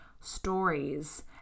stories